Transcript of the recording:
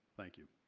thank you.